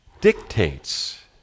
dictates